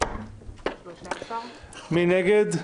מי נגד?